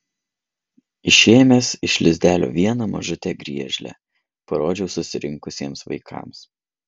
išėmęs iš lizdelio vieną mažutę griežlę parodžiau susirinkusiems vaikams